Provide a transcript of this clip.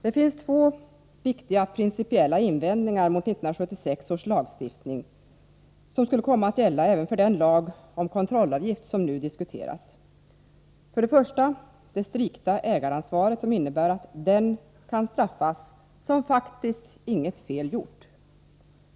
Det finns två viktiga principiella invändningar mot 1976 års lagstiftning som skulle komma att gälla även för den lag om kontrollavgift som nu diskuteras. För det första: det strikta ägaransvaret, som innebär att den kan straffas som faktiskt inget fel gjort.